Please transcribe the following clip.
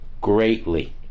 greatly